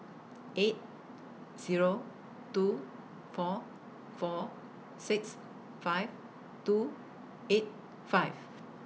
eight Zero two four four six five two eight five